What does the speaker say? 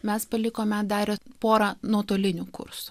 mes palikome dar porą nuotolinių kursų